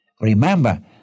Remember